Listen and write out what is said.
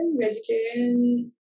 vegetarian